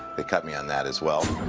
they cut me on that as well.